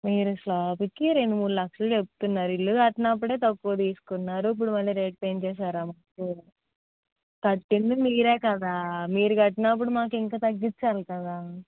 మీరు స్లాబ్కి రెండు మూడు లక్షలు చెప్తున్నారు ఇల్లు కట్టినప్పుడే తక్కువ తీసుకున్నారు ఇప్పుడు మళ్ళీ రేట్ పెంచేసారా మీకు కట్టింది మీరే కదా మీరు కట్టినప్పుడు మాకు ఇంకా తగ్గించాలి కదా